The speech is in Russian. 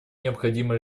необходима